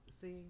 See